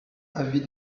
avis